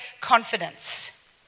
confidence